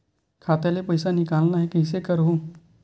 खाता ले पईसा निकालना हे, कइसे करहूं?